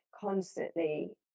constantly